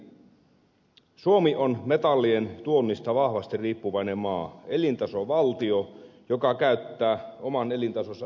ensinnäkin suomi on metallien tuonnista vahvasti riippuvainen maa elintasovaltio joka käyttää oman elintasonsa ylläpitämiseen paljon metalleja